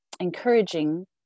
encouraging